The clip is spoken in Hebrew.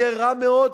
יהיה רע מאוד,